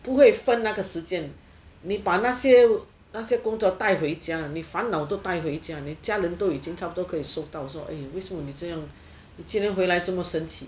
不会分那个时间你把那些那些工作带回家你烦恼都带回家你家人都已经个已收到 eh 为什么你这样你今天回家那么生气